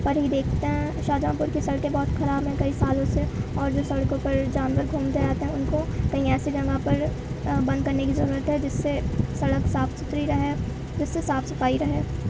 پر ہی دیکھتے ہیں شاہجہانپور کی سڑکیں بہت خراب ہیں کئی سالوں سے اور جو سڑکوں پہ جہاں ہم لوگ گھومتے رہتے ہیں ان کو کہیں ایسی جگہ پر بند کرنے کی ضرورت ہے جس سے سڑک صاف ستھری رہے اس سے صاف صفائی رہے